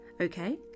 Okay